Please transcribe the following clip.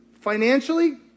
financially